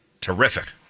Terrific